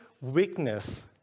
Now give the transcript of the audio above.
weakness